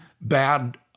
bad